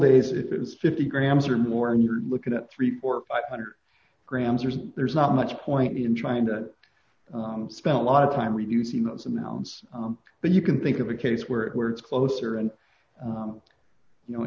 days if it was fifty grams or more and you're looking at three or five hundred grams or so there's not much point in trying to spend a lot of time reducing those amounts but you can think of a case where it where it's closer and you know